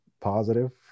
positive